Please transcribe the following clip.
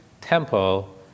temple